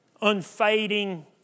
unfading